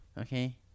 okay